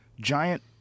giant